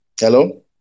Hello